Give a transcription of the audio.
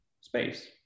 space